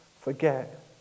forget